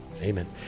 Amen